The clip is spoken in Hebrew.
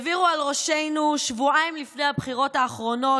העבירו על ראשינו שבועיים לפני הבחירות האחרונות